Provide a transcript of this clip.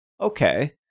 Okay